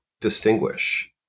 distinguish